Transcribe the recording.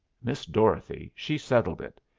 miss dorothy she settled it.